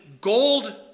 gold